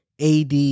AD